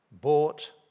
bought